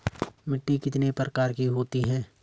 मिट्टी कितने प्रकार की होती है?